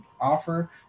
offer